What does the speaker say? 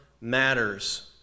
matters